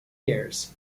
years